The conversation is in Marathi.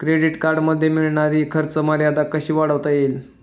क्रेडिट कार्डमध्ये मिळणारी खर्च मर्यादा कशी वाढवता येईल?